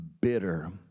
bitter